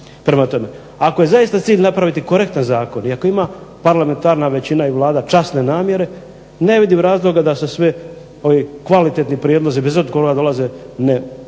Prema tome ako je zaista cilj napraviti korektan zakon i ako ima parlamentarna većina i Vlada časne namjere, ne vidim razloga da se sve, ovi kvalitetni prijedlozi …/Ne razumije se./…